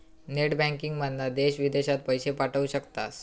net बँकिंगमधना देश विदेशात पैशे पाठवू शकतास